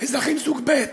אזרחים סוג ב',